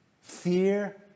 Fear